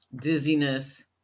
dizziness